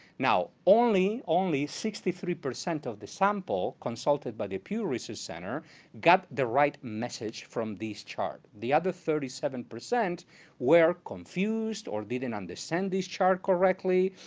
now, only only sixty three percent of the sample consulted by the pew research center got the right message from the chart. the other thirty seven percent were confused, or didn't understand this chart correctly,